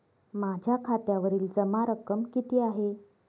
माझ्या खात्यावरील जमा रक्कम किती आहे?